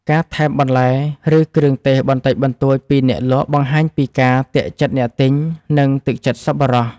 ការថែមបន្លែ ឬគ្រឿងទេសបន្តិចបន្តួចពីអ្នកលក់បង្ហាញពីការទាក់ចិត្តអ្នកទិញ និងទឹកចិត្តសប្បុរស។